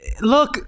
Look